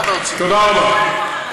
תודה רבה.